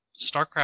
StarCraft